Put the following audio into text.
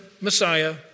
Messiah